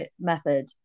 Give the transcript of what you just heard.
method